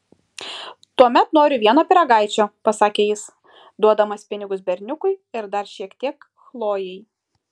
tuomet noriu vieno pyragaičio pasakė jis duodamas pinigus berniukui ir dar šiek tiek chlojei